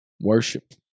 Worship